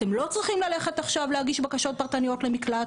אתם לא צריכים ללכת להגיש בקשות פרטניות למקלט,